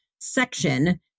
section